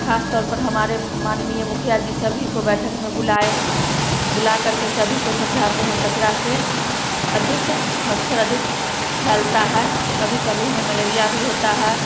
खास तौर पर हमारे माननीय मुखिया जी सभी को बैठक में बुलाए बुलाकर सभी को समझाते हैं कचरा से अधिक मच्छर अधिक फैलता है कभी कभी हमें मलेरिया भी होता है